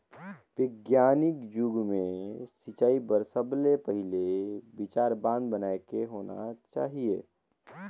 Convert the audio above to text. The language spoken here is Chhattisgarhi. बिग्यानिक जुग मे सिंचई बर सबले पहिले विचार बांध बनाए के होना चाहिए